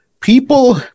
people